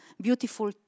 beautiful